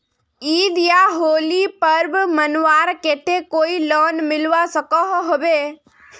ईद या होली पर्व मनवार केते कोई लोन मिलवा सकोहो होबे?